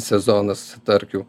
sezonas starkių